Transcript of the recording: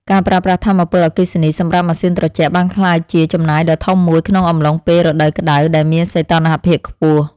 ការប្រើប្រាស់ថាមពលអគ្គិសនីសម្រាប់ម៉ាស៊ីនត្រជាក់បានក្លាយជាចំណាយដ៏ធំមួយក្នុងអំឡុងពេលរដូវក្ដៅដែលមានសីតុណ្ហភាពខ្ពស់។